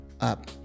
up